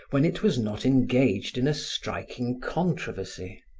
when it was not engaged in a striking controversy.